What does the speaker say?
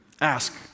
Ask